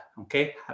Okay